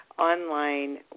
Online